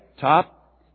top